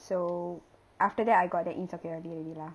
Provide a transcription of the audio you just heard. so after that I got the insecurity already lah